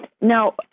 now